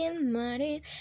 money